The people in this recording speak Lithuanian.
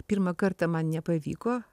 pirmą kartą man nepavyko